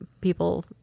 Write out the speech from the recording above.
people